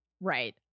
Right